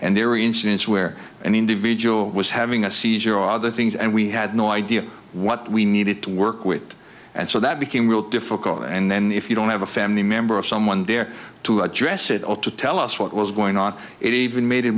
and there were incidents where an individual was having a seizure or other things and we had no idea what we needed to work with and so that became real difficult and then if you don't have a family member of someone there to address it ought to tell us what was going on it even made it